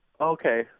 Okay